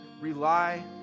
rely